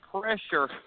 pressure